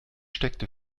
steckte